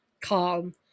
calm